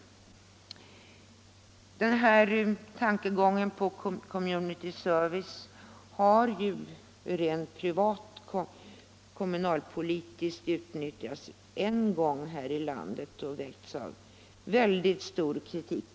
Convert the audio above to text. Idén med Community Service har ju kommunalpolitiskt utnyttjats en gång här i landet och möttes då av en väldigt stark kritik.